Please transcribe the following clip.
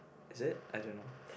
is it I don't know